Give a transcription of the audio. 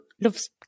loves